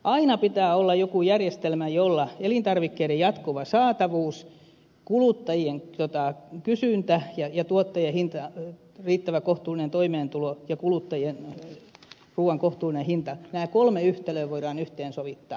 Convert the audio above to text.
aina pitää olla jokin järjestelmä jolla elintarvikkeiden jatkuva saatavuus kuluttajien kysyntä ja tuottajien riittävä kohtuullinen toimeentulo ja kuluttajien ruuan kohtuullinen hinta nämä kolme yhtälöä voidaan yhteensovittaa